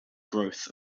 growth